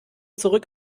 zurück